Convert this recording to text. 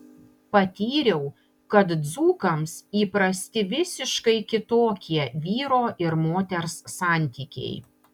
patyriau kad dzūkams įprasti visiškai kitokie vyro ir moters santykiai